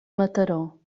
mataró